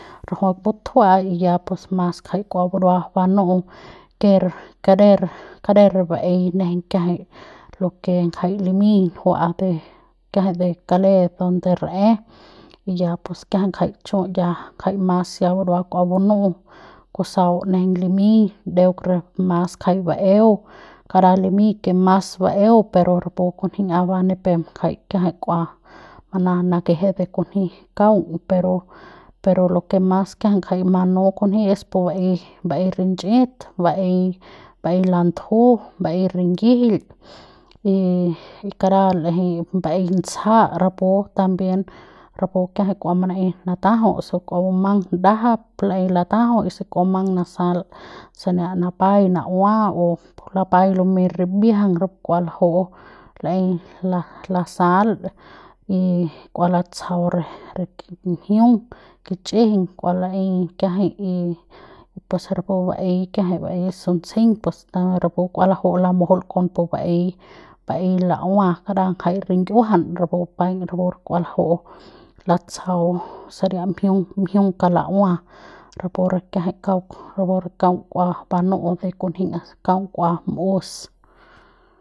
Rajuik butjua'al y ya pus mas ngjai kua burua banu'u ker kader kader re baei nejeiñ kiajai lo ke ngjai limiñ njua'a de kiajai de kale donde rae y ya pus kiajai ngjai chu ya ngjai mas ya burua kua banu'u kusau nejeiñ limiñ ndeuk re mas ngjai baeu kara limiñ ke ke mas baeu per rapu kunji kunji'ia ba ni peuk limiñ ngjai kiajai kua mana manakeje de kunji kaung pero pero lo ke mas kiajai jai manu kunji es pu baei baei rintchi'it baei baei landuju baei ringijil y kara l'ejei baei ntsja rapu también rapu kiajai kua manaei natajau se kua bumang ndajap laei latajau y si kua bumang nasal sania napaiñ na'ua o lapai lumei rimbiajang rapu kua laju'u laei la lasal y kua latsjau re ki mjiung kich'ijiñ kua laei kiajai y pues rapu baei kiajai baei suntsjeiñ pus rapu kua laju'u lamujul kon pu baei baei la'ua kara ngjai ringiuajan rapu paiñ rapu kua laju'u latsjau saria mjiung mjiung kala'ua rapu re kauk kiajai rapu re kaung kua banu'u de kunji'ia se kuan m'us.